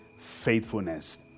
faithfulness